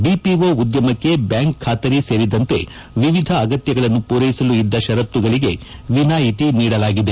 BPO ಉದ್ದಮಕ್ಕೆ bank ಖಾತರಿ ಸೇರಿದಂತೆ ವಿವಿಧ ಅಗತ್ವಗಳನ್ನು ಪೂರೈಸಲು ಇದ್ದ ಷರತ್ತುಗಳಿಗೆ ವಿನಾಯಿತಿ ನೀಡಲಾಗಿದೆ